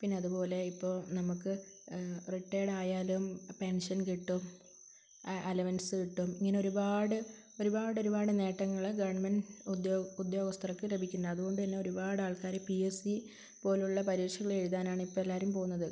പിന്നെ അതുപോലെ ഇപ്പോള് നമുക്ക് റിട്ടെയര്ഡ് ആയാലും പെൻഷൻ കിട്ടും അലവൻസ് കിട്ടും ഇങ്ങനെയൊരുപാട് ഒരുപാടൊരുപാട് നേട്ടങ്ങള് ഗവൺമെൻറ്റ് ഉദ്യോഗസ്ഥർക്ക് ലഭിക്കുന്നു അതുകൊണ്ടുതന്നെ ഒരുപാട് ആൾക്കാര് പി എസ് സി പോലെയുള്ള പരീക്ഷകളെഴുതാനാണ് ഇപ്പോള് എല്ലാവരും പോകുന്നത്